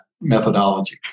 methodology